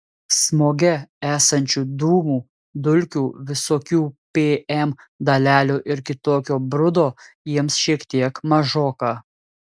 smoge esančių dūmų dulkių visokių pm dalelių ir kitokio brudo jiems šiek tiek mažoka